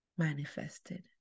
manifested